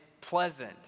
pleasant